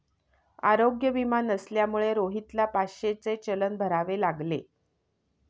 आरोग्य विमा नसल्यामुळे रोहितला पाचशेचे चलन भरावे लागले